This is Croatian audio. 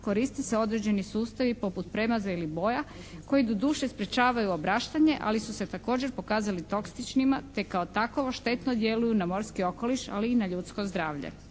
koristi se određeni sustavi poput premaza ili boja koji doduše sprečavaju obraštanje ali su se također pokazali toksičnima te kao takovo štetno djeluju na morski okoliš ali i na ljudsko zdravlje.